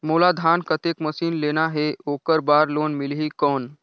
मोला धान कतेक मशीन लेना हे ओकर बार लोन मिलही कौन?